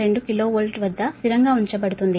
2 kilo volt వద్ద స్థిరంగా ఉంచబడుతుంది